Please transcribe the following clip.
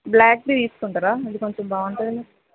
బ్లాక్వి తీసుకుంటారా ఇది కొంచెం బాగుంటాయి